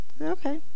Okay